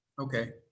Okay